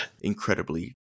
incredibly